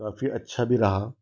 काफी अच्छा भी रहा